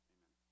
Amen